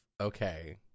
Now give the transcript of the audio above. okay